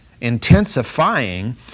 intensifying